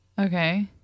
Okay